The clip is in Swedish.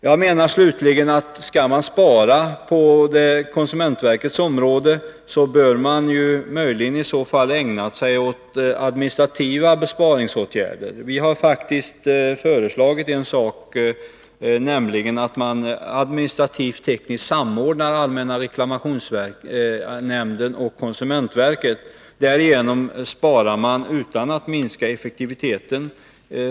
Om man skall spara på konsumentverkets område, bör man i så fall ägna sig åt administrativa besparingsåtgärder. Vi har faktiskt föreslagit en sak, nämligen att man administrativt-tekniskt samordnar allmänna reklamationsnämnden och konsumentverket. Därigenom sparar man utan att minska effektiviteten.